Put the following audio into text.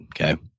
Okay